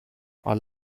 are